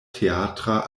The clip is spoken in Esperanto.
teatra